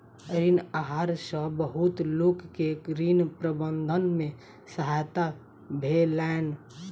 ऋण आहार सॅ बहुत लोक के ऋण प्रबंधन में सहायता भेलैन